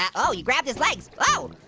yeah oh, you grabbed his legs, oh,